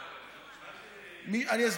איך?